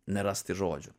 nerasti žodžių